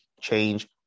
change